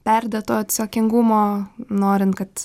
perdėto atsakingumo norint kad